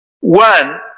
One